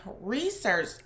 research